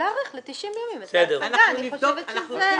להאריך ל-90 ימים את -- אנחנו צריכים לבדוק -- בסדר,